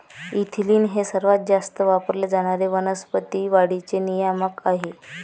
ethylene हे सर्वात जास्त वापरले जाणारे वनस्पती वाढीचे नियामक आहे